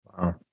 Wow